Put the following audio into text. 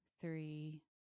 three